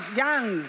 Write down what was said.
young